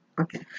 Okay